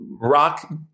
rock